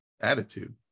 attitude